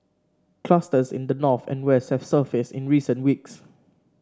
clusters in the north and west have surfaced in recent weeks